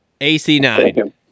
AC9